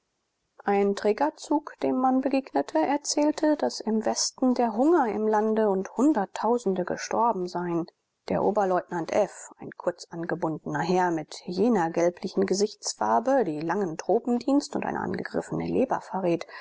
ein trägerzug dem man begegnete erzählte daß im westen der hunger im lande und hunderttausend gestorben seien der oberleutnant f ein kurz angebundener herr mit jener gelblichen gesichtsfarbe die langen tropendienst und eine angegriffene leber verrät